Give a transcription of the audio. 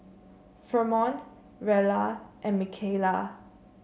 Fremont Rella and Micayla